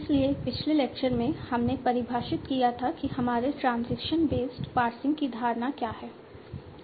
इसलिए पिछले लेक्चर में हमने परिभाषित किया था कि हमारे ट्रांजिशन बेस्ट पार्सिंग की धारणा क्या है